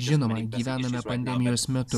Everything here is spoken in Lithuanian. žinoma gyvename pandemijos metu